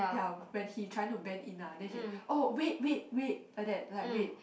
ya when he trying to bend in ah then he ah oh wait wait wait like that like wait